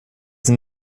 sind